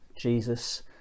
Jesus